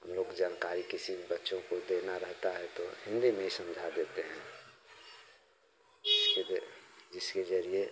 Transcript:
हम लोग की जानकारी किसी भी बच्चों को देना रहता है तो हिन्दी में ही समझा देते हैं इसलिए जिसके जरिए